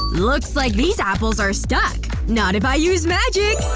looks like these apples are stuck not if i use magic!